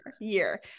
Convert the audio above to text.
year